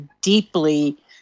deeply